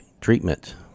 treatment